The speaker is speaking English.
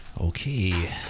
Okay